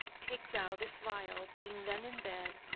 take thou this vial, being then in bed,